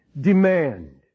demand